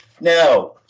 Now